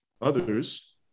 Others